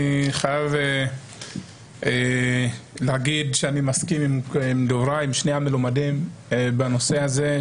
אני חייב להגיד שאני מסכים עם שני המלומדים בנושא הזה,